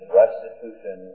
restitution